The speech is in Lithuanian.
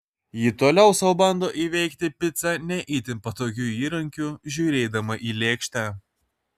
ji toliau sau bando įveikti picą ne itin patogiu įrankiu žiūrėdama į lėkštę